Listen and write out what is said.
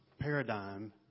paradigm